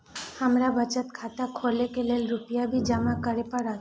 हमर बचत खाता खोले के लेल रूपया भी जमा करे परते?